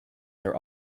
their